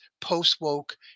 post-woke